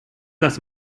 las